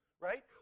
right